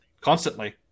constantly